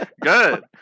Good